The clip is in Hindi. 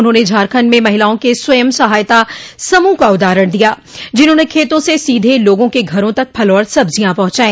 उन्होंने झारखंड में महिलाओं के स्वयं सहायता समूह का उदाहरण दिया जिन्होंने खेतों से सीधे लोगों के घरों तक फल और सब्जियां पहुंचाई